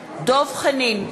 בעד דב חנין,